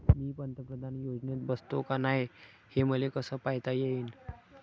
मी पंतप्रधान योजनेत बसतो का नाय, हे मले कस पायता येईन?